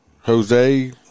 Jose